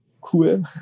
cool